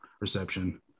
reception